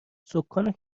سـکان